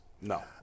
No